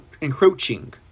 encroaching